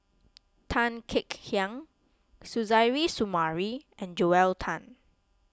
Tan Kek Hiang Suzairhe Sumari and Joel Tan